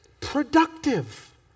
productive